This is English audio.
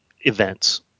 events